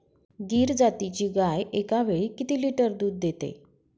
गीर जातीची गाय एकावेळी किती लिटर दूध देते?